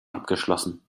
abgeschlossen